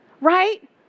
right